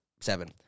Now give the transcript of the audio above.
seven